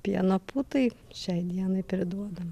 pieno putai šiai dienai priduodam